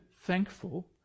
thankful